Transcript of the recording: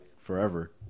forever